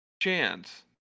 chance